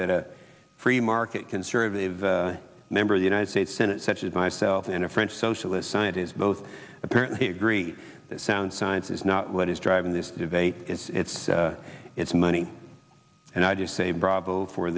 that a free market conservative member of the united states senate such as myself and a french socialist scientists both apparently agree that sound science is not what is driving this debate it's it's money and i just say bravo for